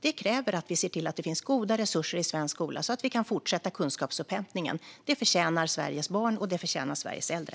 Det kräver att vi ser till att det finns goda resurser i svensk skola så att vi kan fortsätta kunskapsupphämtningen. Det förtjänar Sveriges barn, och det förtjänar Sveriges äldre.